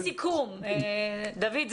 זה הסיכום דויד.